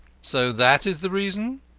so that is the reason?